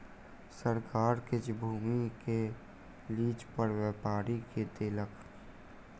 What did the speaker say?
सरकार किछ भूमि के लीज पर व्यापारी के देलक